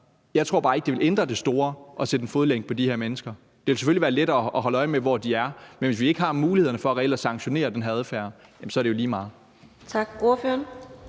jeg tror bare ikke, at det ville ændre det store at sætte en fodlænke på de her mennesker. Det ville selvfølgelig være lettere at holde øje med, hvor de er, men hvis vi ikke har mulighederne for reelt at sanktionere den her adfærd, så er det jo lige meget.